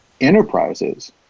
enterprises